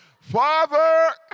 Father